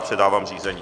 Předávám řízení.